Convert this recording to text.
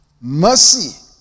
Mercy